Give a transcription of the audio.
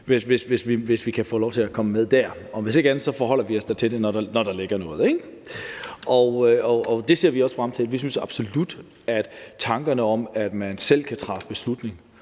hvis vi kan få lov til at komme med der. Hvis ikke andet forholder vi os da til det, når der ligger noget, og det ser vi også frem til. Vi synes absolut, at tankerne om, at man selv kan træffe beslutning